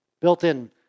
built-in